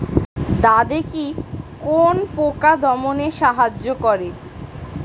দাদেকি কোন পোকা দমনে সাহায্য করে?